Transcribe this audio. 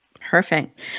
Perfect